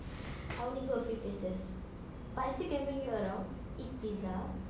I only go a few places but I still can bring you around eat pizza